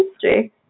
history